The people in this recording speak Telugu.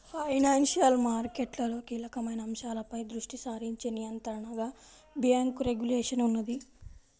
ఫైనాన్షియల్ మార్కెట్లలో కీలకమైన అంశాలపై దృష్టి సారించే నియంత్రణగా బ్యేంకు రెగ్యులేషన్ ఉన్నది